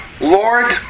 Lord